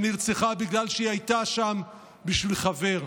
שנרצחה בגלל שהיא הייתה שם בשביל חבר,